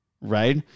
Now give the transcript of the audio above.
right